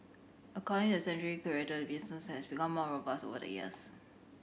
according to the sanctuary curator the business has become more robust over the years